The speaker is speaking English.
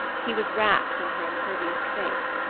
he was wrapped in her impervious faith.